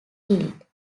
killed